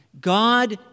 God